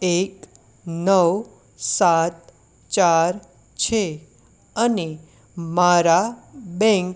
એક નવ સાત ચાર છે અને મારા બેંક